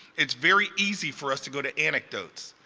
it's very easy for us to go to anecdotes.